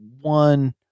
one